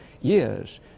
years